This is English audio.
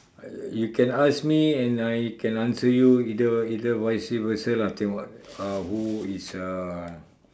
you can ask me and I can answer you either either vice versa lah then what who is uh